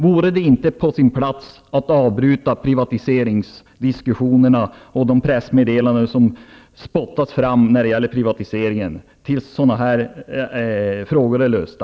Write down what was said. Vore det inte på sin plats att avbryta privatiseringsdiskussionerna och de pressmedelanden som spottas fram när det gäller privatiseringen tills dessa frågor är lösta?